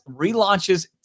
relaunches